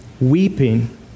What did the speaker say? weeping